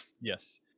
Yes